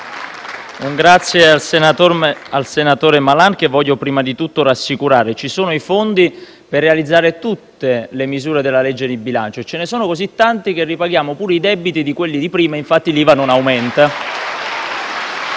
ringrazio il senatore Malan, che voglio prima di tutto rassicurare: ci sono i fondi per realizzare tutte le misure della legge di bilancio; ce ne sono così tanti che ripaghiamo pure i debiti di quelli che c'erano prima, infatti l'IVA non aumenta.